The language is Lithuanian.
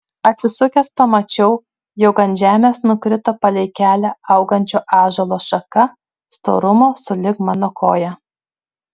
atsisukęs pamačiau jog ant žemės nukrito palei kelią augančio ąžuolo šaka storumo sulig mano koja